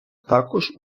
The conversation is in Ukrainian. також